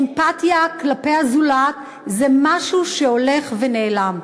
אמפתיה כלפי הזולת, זה משהו שהולך ונעלם.